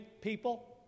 people